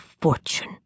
fortune